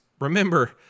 remember